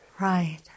Right